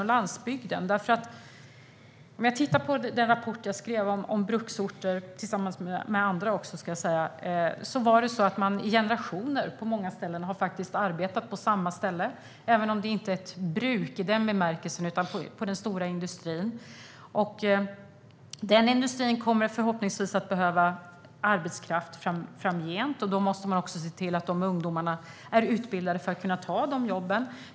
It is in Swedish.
I den rapport om bruksorter som jag skrev tillsammans med andra såg vi att man i generationer på många platser har arbetat på samma ställe, även om det inte är ett bruk i den bemärkelsen utan den stora industrin. Den industrin kommer förhoppningsvis att behöva arbetskraft framgent, och då måste man också se till att ungdomarna är utbildade för att kunna ta de jobben.